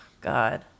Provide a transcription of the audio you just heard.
god